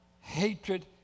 hatred